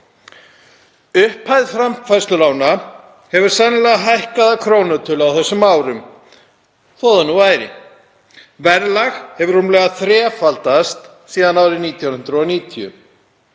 Upphæð framfærslulána hefur sennilega hækkað að krónutölu á þessum árum, þó það nú væri, verðlag hefur rúmlega þrefaldast síðan árið 1990.